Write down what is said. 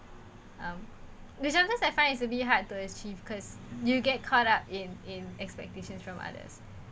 um there sometimes I find it's a bit hard to achieve cause you get caught up in in expectations from others